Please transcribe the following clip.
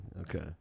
Okay